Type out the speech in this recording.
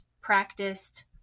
practiced